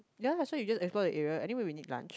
ya lah so you just explore the area anyway we need lunch